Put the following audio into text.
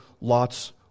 Lot's